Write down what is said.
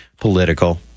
political